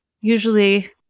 usually